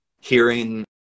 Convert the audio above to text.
hearing